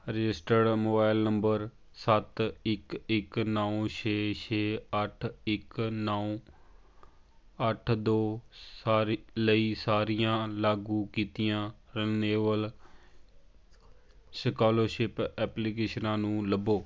registered mobile number ਸੱਤ ਇੱਕ ਇੱਕ ਨੌ ਛੇ ਛੇ ਅੱਠ ਇੱਕ ਨੌ ਅੱਠ ਦੋ ਸਾਰੀ ਲਈ ਸਾਰੀਆਂ ਲਾਗੂ ਕੀਤੀਆਂ ਰਨੇਵਲ ਸਕੋਲਰਸ਼ਿਪ ਐਪਲੀਕੇਸ਼ਨਾਂ ਨੂੰ ਲੱਭੋ